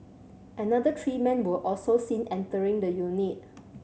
another three men were also seen entering the unit